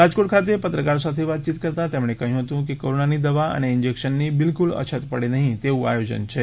રાજકોટ ખાતે પત્રકારો સાથે વાત કરતાં તેમણે કહ્યું હતું કે કોરોનાની દવા અને ઈંજેકશનની બિલકુલ અછત પડે નહીં તેવું આયોજન છે